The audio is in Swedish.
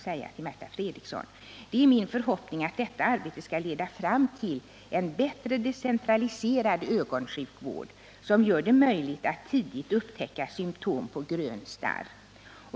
Det är min förhoppning att detta arbete skall leda fram till en bättre decentraliserad ögonsjukvård, som gör det möjligt att tidigt upptäcka symtom på grön starr.